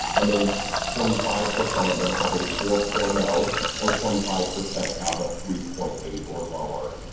and then twenty five percent of them have a four point zero you know or twenty five percent have a three point eight or lower.